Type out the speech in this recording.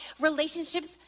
relationships